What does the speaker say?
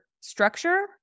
structure